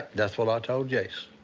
that's what i told jase.